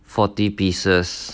forty pieces